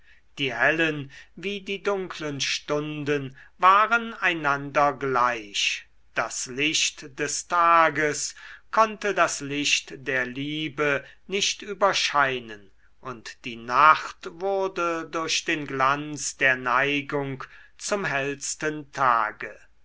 die hellen wie die dunklen stunden waren einander gleich das licht des tages konnte das licht der liebe nicht überscheinen und die nacht wurde durch den glanz der neigung zum hellsten tage